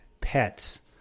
pets